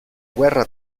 guerra